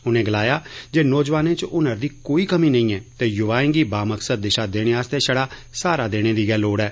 उनें गलाया जे नौजवानें च हुनर दी कोई कमी नेई ऐ ते युवाएं गी बामकसद दिशा देने आस्तै छड़ा सहारा देने दी गै लोड़ ऐ